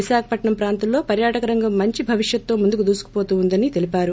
విశాఖపట్నం ప్రాంతంలో పర్యాటక రంగం మంచి భవిష్యత్తు తో ముందుకు దూసుకుపోతూ ఉందని తెలిపారు